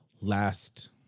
last